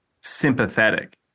sympathetic